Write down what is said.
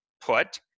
put